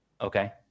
Okay